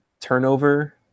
turnover